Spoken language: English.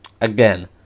Again